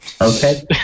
Okay